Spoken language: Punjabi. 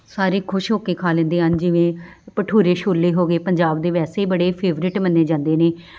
ਸਾਰੇ ਖੁਸ਼ ਹੋ ਕੇ ਖਾ ਲੈਂਦੇ ਹਨ ਜਿਵੇਂ ਭਟੂਰੇ ਛੋਲੇ ਹੋ ਗਏ ਪੰਜਾਬ ਦੇ ਵੈਸੇ ਬੜੇ ਫੇਵਰੇਟ ਮੰਨੇ ਜਾਂਦੇ ਨੇ